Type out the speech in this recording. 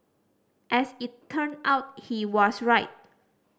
as it turned out he was right